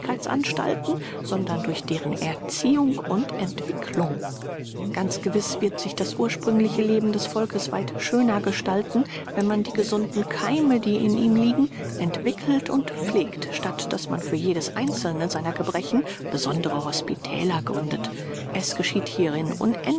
sondern durch deren erziehung und entwicklung ganz gewiß wird sich das ursprüngliche leben des volkes weit schöner gestalten wenn man die gesunden keime die in ihm liegen entwickelt und pflegt statt daß man für jedes einzelne seiner gebrechen besondere hospitäler gründet es geschieht hierin